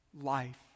life